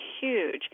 huge